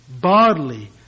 bodily